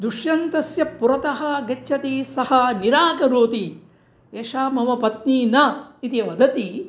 दुश्यन्तस्य पुरतः गच्छति सः निराकरोति एषा मम पत्नी न इति वदति